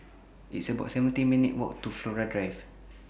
It's about seventeen minutes' Walk to Flora Drive